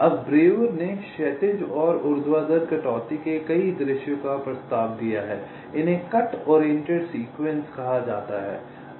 अब ब्रेउर ने क्षैतिज और ऊर्ध्वाधर कटौती के कई दृश्यों का प्रस्ताव दिया है इन्हें कट ओरिएंटेड सीक्वेंस कहा जाता है